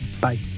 bye